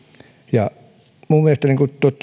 minun mielestäni